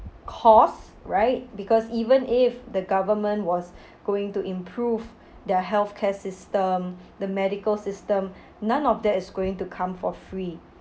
cost right because even if the government was going to improve their healthcare system the medical system none of that is going to come for free